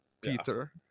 Peter